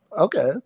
okay